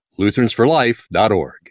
lutheransforlife.org